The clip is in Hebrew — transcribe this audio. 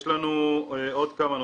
יש לנו עוד כמה נושאים.